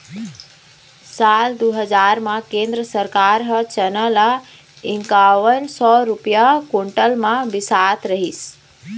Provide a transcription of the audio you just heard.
साल दू हजार म केंद्र सरकार ह चना ल इंकावन सौ रूपिया कोंटल म बिसात रहिस